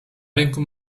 rynku